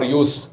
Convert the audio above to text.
use